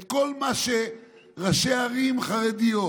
את כל מה שראשי ערים חרדיות,